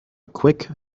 quick